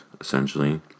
essentially